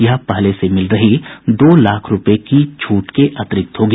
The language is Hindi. यह पहले से मिल रही दो लाख रूपये की छूट के अतिरिक्त होगी